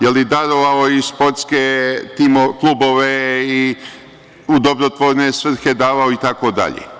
Je li darovao i sportske klubove i u dobrotvorne svrhe davao, itd?